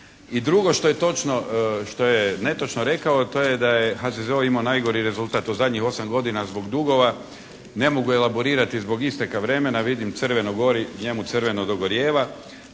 je točno, što je netočno rekao to je da je HZZO imao najgori rezultat u zadnjih 8 godina zbog dugova ne mogu elaborirati zbog isteka vremena. Vidim crveno gori, njemu crveno dogorijeva.